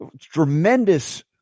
tremendous